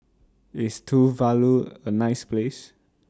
IS Tuvalu A nice Place